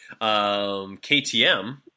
KTM